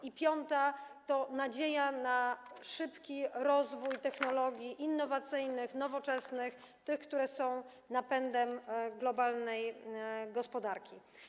I piąta to nadzieja na szybki rozwój technologii innowacyjnych, nowoczesnych, tych, które są napędem globalnej gospodarki.